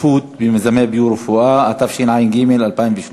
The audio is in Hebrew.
שותפות במיזמי ביו-רפואה, התשע"ג 2013,